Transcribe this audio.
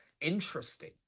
interesting